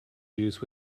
juice